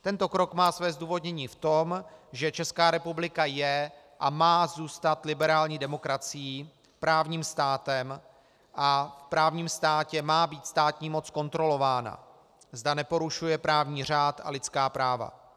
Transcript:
Tento krok má své zdůvodnění v tom, že Česká republika je a má zůstat liberální demokracií, právním státem a v právním státě má být státní moc kontrolována, zda neporušuje právní řád a lidská práva.